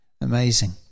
amazing